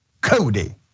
Cody